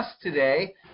today